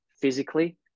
physically